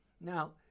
Now